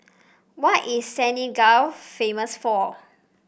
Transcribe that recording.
what is Senegal famous for